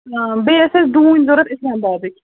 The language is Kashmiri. آ بیٚیہِ ٲسۍ اَسہِ ڈوٗنۍ ضروٗرت اَسلام بادٕکۍ